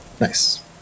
nice